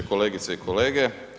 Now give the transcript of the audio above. Kolegice i kolege.